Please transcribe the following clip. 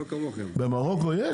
במרוקו יש?